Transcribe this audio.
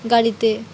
গাড়িতে